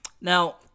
Now